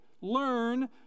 Learn